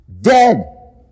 Dead